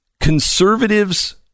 conservatives